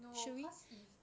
no cause if